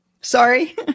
sorry